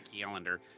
calendar